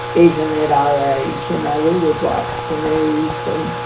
even at our age, you know, we would watch the news. and